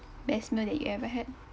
best meal that you ever had